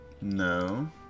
No